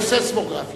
יש סיסמוגרף